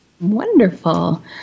Wonderful